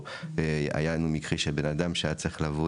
או היה לנו מקרה של בנאדם שהיה צריך לבוא